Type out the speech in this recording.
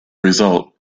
result